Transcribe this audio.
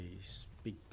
speak